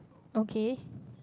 okay